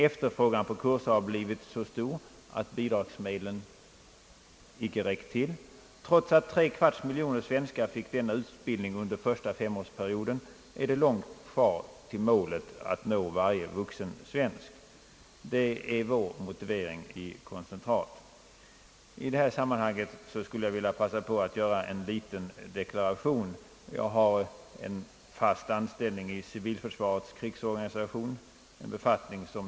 Efterfrågan på kurser har blivit så stor att bidragsmedlen icke räckt. Trots att tre kvarts miljon svenskar fick denna utbildning under första femårsperioden är det långt kvar till målet, att nå varje vuxen svensk. Det är vår motivering i koncentrat. I det här sammanhanget skulle jag vilja passa på att göra en liten deklaration. Jag har en fast anställning i civilförsvarets krigsorganisation.